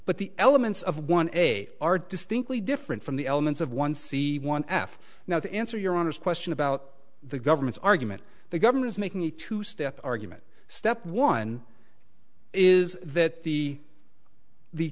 but the elements of one a are distinctly different from the elements of one c one half now to answer your honor's question about the government's argument the government's making a two step argument step one is that the the